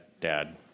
Dad